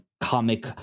comic